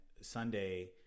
Sunday –